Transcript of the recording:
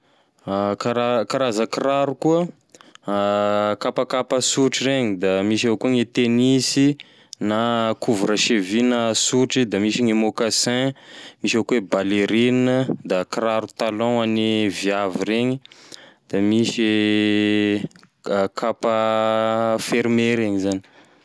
Karaza kiraro koa kapakaka sotry reny, misy avao gne tenisy na couvre cheville na sotry da misy gne moccassin, misy avao koa e ballerina, da kiraro talon hoagne viavy reny, da misy kapa ferme reny zany.